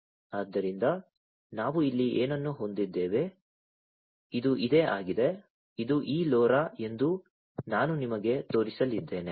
ಆದ್ದರಿಂದ ನಾವು ಇಲ್ಲಿ ಏನನ್ನು ಹೊಂದಿದ್ದೇವೆ ಇದು ಇದೇ ಆಗಿದೆ ಇದು ಈ LoRa ಎಂದು ನಾನು ನಿಮಗೆ ತೋರಿಸಲಿದ್ದೇನೆ